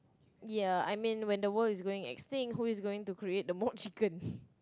ya I mean when the world is going extinct who is going to create the mod chicken